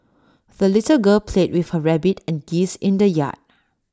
the little girl played with her rabbit and geese in the yard